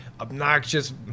obnoxious